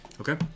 Okay